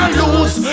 lose